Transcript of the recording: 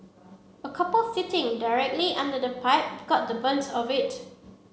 a couple sitting directly under the pipe got the brunt of it